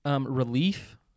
relief